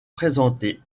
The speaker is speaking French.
présentée